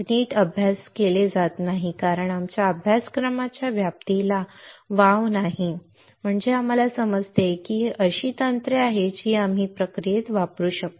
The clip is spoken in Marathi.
नीट केले जाते कारण आमच्या अभ्यासक्रमाच्या व्याप्तीला वाव नाही म्हणजे आम्हाला समजते की ही अशी तंत्रे आहेत जी आम्ही प्रक्रियेत वापरू शकतो